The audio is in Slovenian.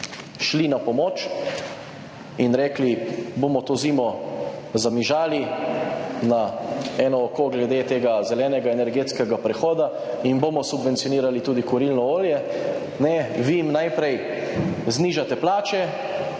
šli na pomoč in rekli, bomo to zimo zamižali na eno oko glede tega zelenega energetskega prehoda in bomo subvencionirali tudi kurilno olje, ne, vi jim najprej znižate plače,